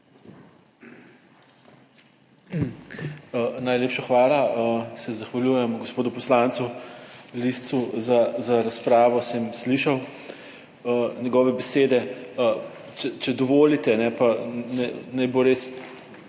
Najlepša hvala. Se zahvaljujem gospodu poslancu Liscu za razpravo. Sem slišal njegove besede. Če dovolite, pa naj bo res,